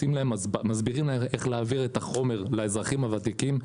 מסבירים להם איך להעביר את החומר לאזרחים הוותיקים.